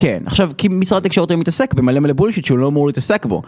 כן, עכשיו, כי משרד התקשורת היום מתעסק במלא מלא בולשיט שהוא לא אמור להתעסק בו.